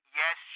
yes